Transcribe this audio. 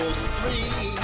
three